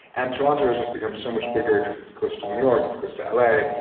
and toronto has just become so much bigger because it's close to new york it's close to la.